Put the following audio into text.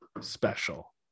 special